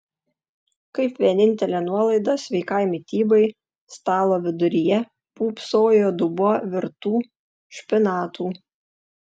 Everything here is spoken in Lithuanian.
kaip vienintelė nuolaida sveikai mitybai stalo viduryje pūpsojo dubuo virtų špinatų